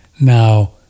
Now